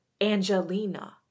Angelina